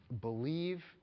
Believe